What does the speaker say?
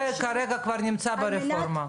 זה כרגע כבר נמצא ברפורמה.